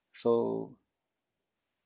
so